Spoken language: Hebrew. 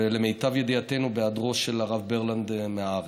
ולמיטב ידיעתנו, בהיעדרו של הרב ברלנד מהארץ.